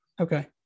Okay